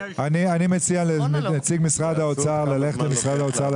אני מציע לנציג משרד האוצר ללכת למשרד האוצר,